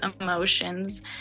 emotions